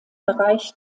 bereich